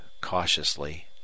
cautiously